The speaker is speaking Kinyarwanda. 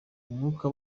umwuka